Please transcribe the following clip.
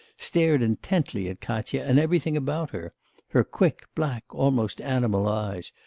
stared intently at katya and everything about her her quick black, almost animal eyes,